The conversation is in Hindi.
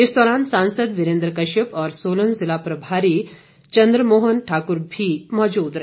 इस दौरान सांसद वीरेंद्र कश्यप और सोलन जिला प्रभारी चंद्रमोहन ठाकुर भी मौजूद रहे